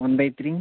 one by three